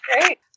great